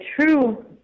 true